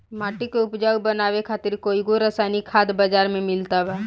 माटी के उपजाऊ बनावे खातिर कईगो रासायनिक खाद बाजार में मिलता